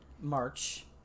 March